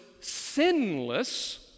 sinless